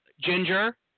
Ginger